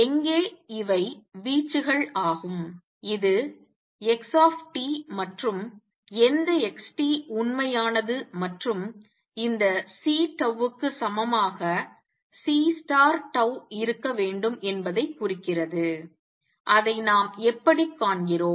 எங்கே இவை வீச்சுகள் ஆகும் இது x மற்றும் எந்த xt உண்மையானது மற்றும் இது C க்கு சமமாக C இருக்க வேண்டும் என்பதைக் குறிக்கிறது அதை நாம் எப்படிக் காண்கிறோம்